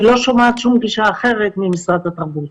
אני לא שומעת שום גישה אחרת ממשרד התרבות